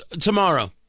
tomorrow